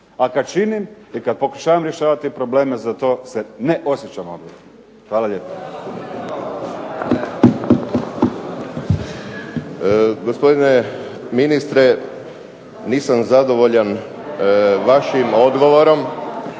A kada činim i kada pokušavam rješavati probleme za to se ne osjećam odgovornim. Hvala lijepo. **Hrelja, Silvano (HSU)** Gospodine ministre, nisam zadovoljan vašim odgovorom,